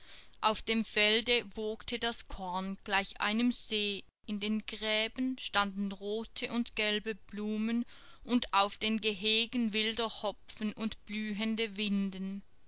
auf dem felde wogte das korn gleich einem see in den gräben standen rote und gelbe blumen und auf den gehegen wilder hopfen und blühende winden